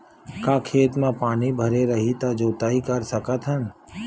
का खेत म पानी भरे रही त जोताई कर सकत हन?